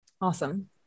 Awesome